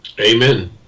amen